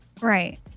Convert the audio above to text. Right